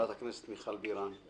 חברת הכנסת מיכל בירן.